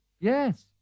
Yes